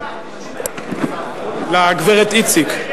לגברת איציק.